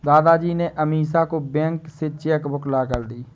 दादाजी ने अमीषा को बैंक से चेक बुक लाकर दी